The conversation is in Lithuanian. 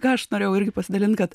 ką aš norėjau irgi pasidalint kad